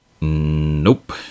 Nope